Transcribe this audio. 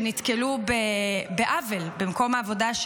שנתקלו בעוול במקום העבודה,